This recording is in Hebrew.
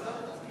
השר נמצא.